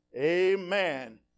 Amen